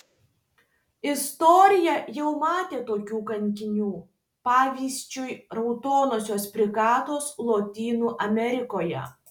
istorija jau matė tokių kankinių pavyzdžiui raudonosios brigados lotynų amerikoje